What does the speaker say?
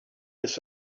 his